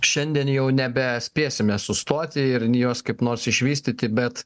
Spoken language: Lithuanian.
šiandien jau nebespėsime sustoti ir jos kaip nors išvystyti bet